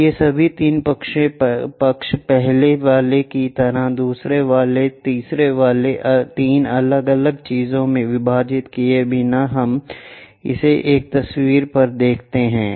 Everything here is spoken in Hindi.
इसलिए सभी 3 पक्ष पहले वाले की तरह दूसरे वाले तीसरे वाले 3 अलग अलग चीजों में विभाजित किए बिना हम इसे एक तस्वीर पर दिखाते हैं